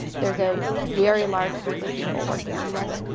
there's a very large group of people working on this.